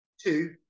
two